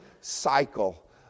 cycle